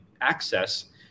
access